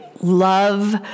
love